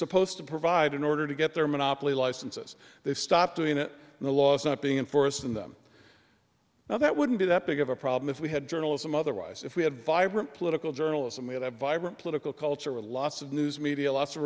supposed to provide in order to get their monopoly licenses they stop doing it in the laws not being enforced in them now that wouldn't be that big of a problem if we had journalism otherwise if we had vibrant political journalism we had a vibrant political culture with lots of news media lots of